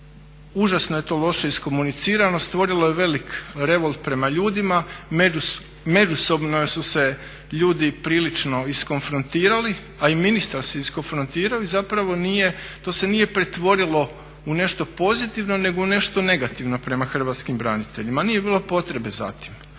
Užasno je to loše iskomunicirano, stvorilo je velik revolt prema ljudima, međusobno su se ljudi prilično iskonfrontirali, a i ministar se iskonfrontirao i zapravo to se nije pretvorilo u nešto pozitivno nego u nešto negativno prema hrvatskim braniteljima. Nije bilo potrebe za tim.